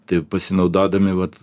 tai pasinaudodami vat